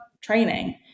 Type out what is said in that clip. training